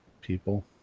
people